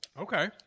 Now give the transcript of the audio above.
Okay